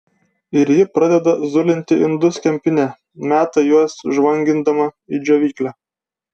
ir ji pradeda zulinti indus kempine meta juos žvangindama į džiovyklę